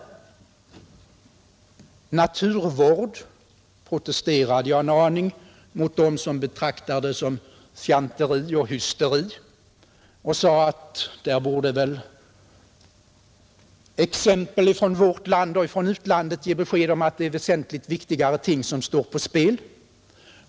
Beträffande naturvårdsaspekten protesterade jag en aning mot dem som betraktar den som fjanteri och hysteri och sade att exempel från vårt land och från utlandet borde ge besked om att det är väsentligt viktigare ting som står på spel.